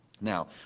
Now